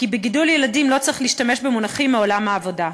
כי בגידול ילדים לא צריך להשתמש במושגים מעולם העבודה.